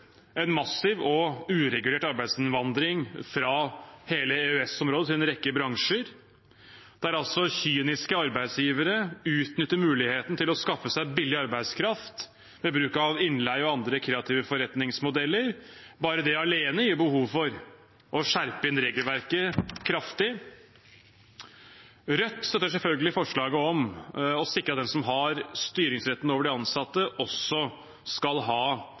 en massiv og uregulert arbeidsinnvandring fra hele EØS-området til en rekke bransjer, der kyniske arbeidsgivere utnytter muligheten til å skaffe seg billig arbeidskraft ved bruk av innleie og andre kreative forretningsmodeller. Bare det alene gir behov for å innskjerpe regelverket kraftig. Rødt støtter selvfølgelig forslaget om å sikre at den som har styringsretten over de ansatte, også skal ha